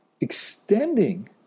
extending